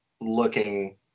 looking